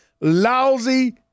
lousy